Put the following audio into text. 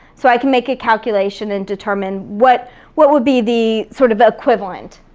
so i can make a calculation and determine what what would be the sort of equivalent.